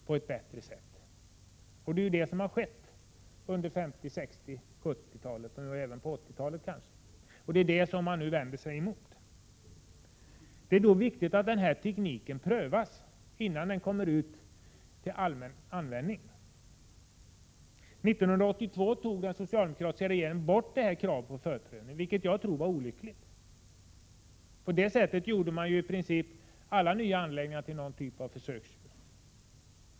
Det som man nu vänder sig mot är det som skedde på 1950-, 1960-, 1970 och även 1980-talet. Därför är det viktigt att tekniken prövas, innan den börjar användas. År 1982 tog den socialdemokratiska regeringen bort kravet på förprövning, vilket jag tror var olyckligt. På det sättet gjorde man i princip alla nya anläggningar till någon typ av försöksanläggningar.